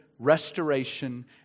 Restoration